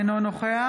אינו נוכח